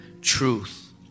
truth